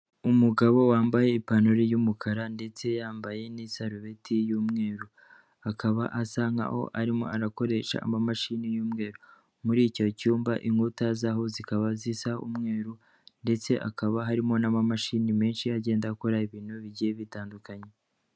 Umugabo wambaye ipantaro y'umukara ndetse yambaye n'isarubeti y'umweru, akaba asa nkaho arimo arakoresha amamashini y'umweru, muri icyo cyumba inkuta zaho zikaba zisa umweru ndetse akaba harimo n'amamashini menshi agenda akora ibintu bigiye bitandukanye.